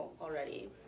already